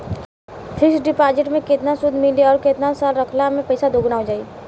Fix deposit मे केतना सूद मिली आउर केतना साल रखला मे पैसा दोगुना हो जायी?